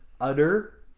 utter